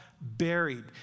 buried